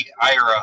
Ira